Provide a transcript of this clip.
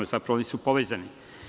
Zapravo, oni su povezani.